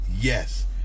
Yes